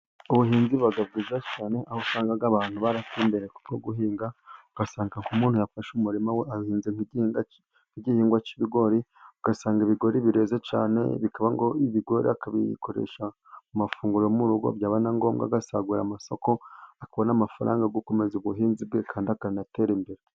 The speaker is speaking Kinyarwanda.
Ubuhinzi buba bwiza cyane，aho usanga abantu barateye imbere ku bwo guhinga， ugasanga nk’umuntu yafashe umurima we， ahinze nk'igihingwa k’ibigori，ugasanga ibigori bireze cyane，ibigori akabikoresha mu mafunguro yo mu rugo，byaba na ngombwa， agasagurira amasoko， akabona amafaranga gukomeza ubuhinzi bwe kandi akanatera imbere